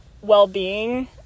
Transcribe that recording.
well-being